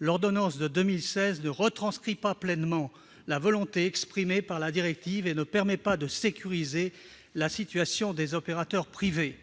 l'ordonnance de 2016 ne retranscrit pas pleinement la volonté exprimée par le biais de la directive et ne permet pas de sécuriser la situation des opérateurs privés.